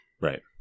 right